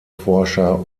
forscher